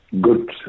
Good